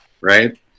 right